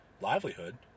livelihood